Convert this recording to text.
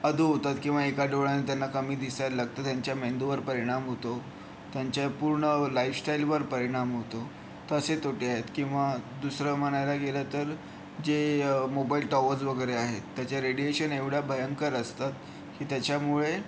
अधू होतात किंवा एका डोळ्यानं त्यांना कमी दिसायला लागतं त्यांच्या मेंदूवर परिणाम होतो त्यांच्या पूर्ण लाईफस्टाईलवर परिणाम होतो तसे तोटे आहेत किंवा दुसरं म्हणायला गेलं तर जे मोबाईल टॉवर्ज वगैरे आहेत त्याचं रेडिएशन एवढं भयंकर असतं की त्याच्यामुळे